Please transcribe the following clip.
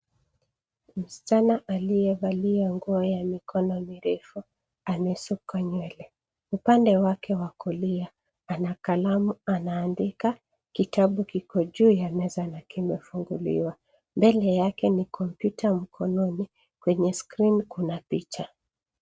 Msichana aliyevalia nguo ya mikono mirefu amesuka nywele. Upande wake wa kulia ana kalamu anaandika. Kitabu kiko juu ya meza na kimefunguliwa. Mbele yake ni kompyuta mkononi. Kwenye skrini kuna picha.